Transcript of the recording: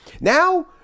Now